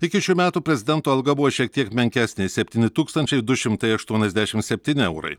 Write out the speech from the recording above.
iki šių metų prezidento alga buvo šiek tiek menkesnė septyni tūkstančiai du šimtai aštuoniasdešim septyni eurai